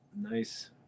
Nice